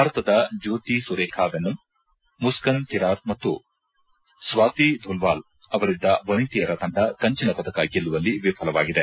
ಭಾರತದ ಜ್ಯೋತಿ ಸುರೇಖ ವೆನ್ನಂ ಮುಸ್ಕನ್ ಕಿರಾರ್ ಮತ್ತು ಸ್ವಾತಿ ದುಧ್ವಾಲ್ ಅವರಿದ್ದ ವನಿತೆಯರ ತಂಡ ಕಂಚಿನ ಪದಕ ಗೆಲ್ಲುವಲ್ಲಿ ವಿಫಲವಾಗಿದೆ